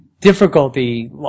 difficulty